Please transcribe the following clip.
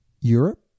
Europe